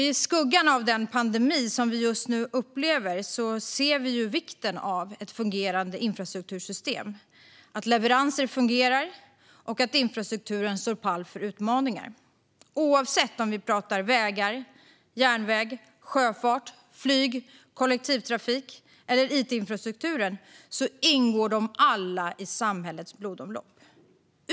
I skuggan av den pandemi som vi just nu upplever ser vi vikten av ett fungerande infrastruktursystem. Det handlar om att leveranser fungerar och om att infrastrukturen står pall för utmaningar, oavsett om vi pratar väg, järnväg, sjöfart, flyg, kollektivtrafik eller it-infrastruktur. De ingår alla i samhällets blodomlopp.